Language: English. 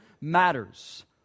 matters